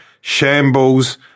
shambles